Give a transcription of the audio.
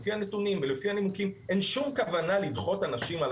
לפי הנימוקים ולפי הטיעונים לדחות אנשים על